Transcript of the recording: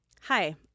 Hi